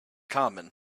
common